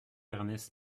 ernest